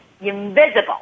Invisible